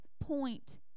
point